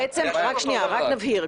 רק נבהיר.